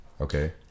Okay